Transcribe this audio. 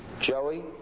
Joey